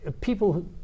people